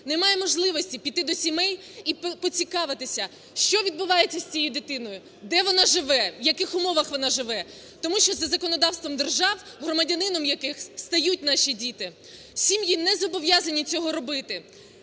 немає можливості піти до сімей і поцікавитися, що відбувається з цією дитиною, де вона живе, в яких умовах вона живе, тому що за законодавством держав, громадянином яких стають наші діти, сім'ї не зобов'язані цього робити.